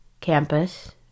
campus